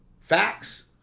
Facts